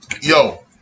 yo